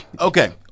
okay